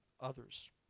others